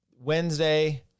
Wednesday